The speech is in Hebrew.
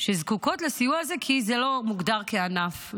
שזקוקות לסיוע הזה, כי זה לא מוגדר כענף.